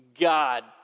God